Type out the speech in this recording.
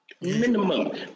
Minimum